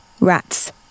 rats